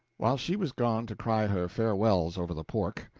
while she was gone to cry her farewells over the pork,